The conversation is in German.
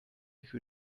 für